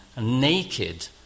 naked